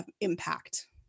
impact